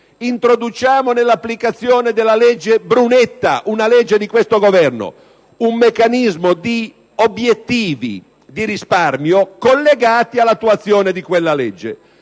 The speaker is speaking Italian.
introdurre, nell'applicazione della legge Brunetta, che è di questo Governo, un meccanismo di obiettivi di risparmio collegati all'attuazione di quella stessa